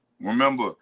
Remember